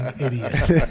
idiot